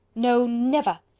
no, never.